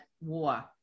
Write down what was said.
war